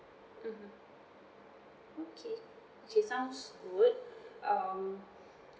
mmhmm okay okay sounds good um